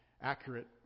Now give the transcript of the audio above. accurate